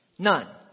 None